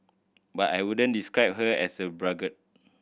but I wouldn't describe her as a braggart